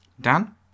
Dan